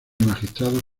magistrados